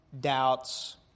doubts